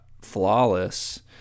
flawless